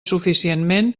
suficientment